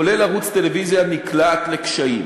כולל ערוץ טלוויזיה, נקלעת לקשיים.